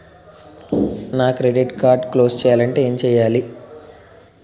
నా credit card close చేయాలంటే ఏంటి చేయాలి?